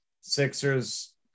Sixers